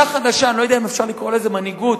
אני לא יודע אם אפשר לקרוא לזה מנהיגות,